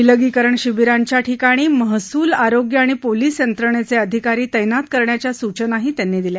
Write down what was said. विलगीकरण शिबिरांच्या ठिकाणी महसूल आरोग्य आणि पोलिस यंत्रणेचे अधिकारी तस्तित करण्याच्या सूचनाही त्यांनी दिल्या